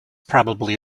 probably